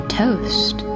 toast